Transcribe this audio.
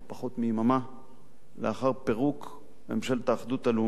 פחות מיממה לאחר פירוק ממשלת האחדות הלאומית.